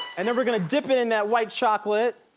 and then we're gonna dip it in that white chocolate.